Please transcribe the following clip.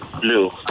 blue